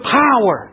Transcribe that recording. power